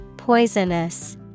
Poisonous